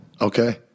Okay